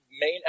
main